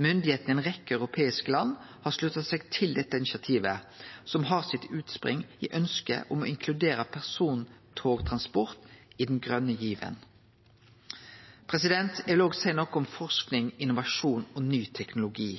Myndigheitene i ei rekkje europeiske land har slutta seg til dette initiativet, som har sitt utspring i ønsket om å inkludere persontogtransport i den grøne given. Eg vil òg seie noko om forsking, innovasjon og ny teknologi.